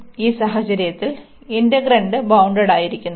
ഈ സാഹചര്യത്തിൽ ഇന്റഗ്രന്റ ബൌൺണ്ടഡായിരിക്കുന്നു